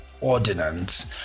ordinance